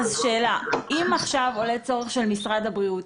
אם עולה עכשיו צורך של משרד הבריאות